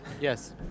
Yes